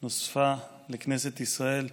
נוספה לכנסת ישראל.